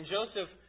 Joseph